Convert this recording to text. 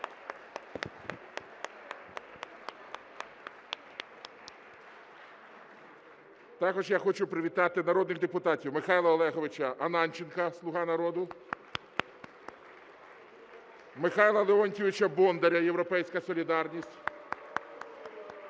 Також я хочу привітати народних депутатів: Михайла Олеговича Ананченка, "Слуга народу" (Оплески) , Михайла Леонтійовича Бондаря, "Європейська солідарність"